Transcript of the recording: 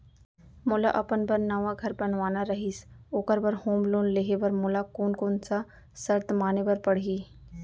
मोला अपन बर नवा घर बनवाना रहिस ओखर बर होम लोन लेहे बर मोला कोन कोन सा शर्त माने बर पड़ही?